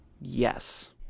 Yes